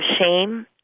shame